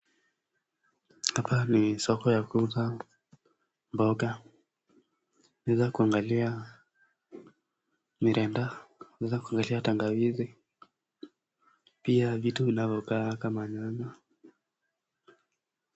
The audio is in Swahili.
Hapa ni soko ya kuuza mboga . Naweza kuangalia mirenda , naweza kuangalia tangawizi, pia vitu vinavyokaa kama nyanya .